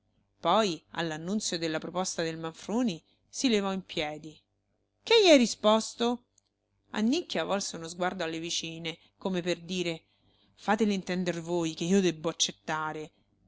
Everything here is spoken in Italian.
poi all'annunzio della proposta del manfroni si levò in piedi che gli hai risposto annicchia volse uno sguardo alle vicine come per dire fatele intender voi che io debbo accettare